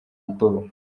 ubwoba